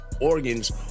organs